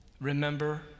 Remember